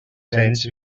cents